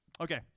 Okay